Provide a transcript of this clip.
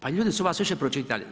Pa ljudi su vas više pročitali.